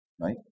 right